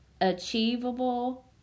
achievable